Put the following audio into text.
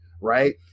right